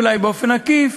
אולי באופן עקיף,